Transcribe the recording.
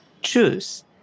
choose